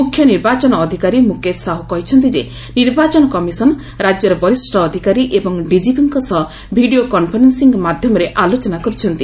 ମୁଖ୍ୟ ନିର୍ବାଚନ ଅଧିକାରୀ ମୁକେଶ ସାହୁ କହିଛନ୍ତି ଯେ ନିର୍ବାଚନ କମିଶନ ରାଜ୍ୟର ବରିଷ୍ଣ ଅଧିକାରୀ ଏବଂ ଡିଜିପିଙ୍କ ସହ ଭିଡ଼ିଓ କନ୍ଫରେନ୍ସିଂ ମାଧ୍ୟମରେ ଆଲୋଚନା କରିଛନ୍ତି